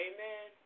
Amen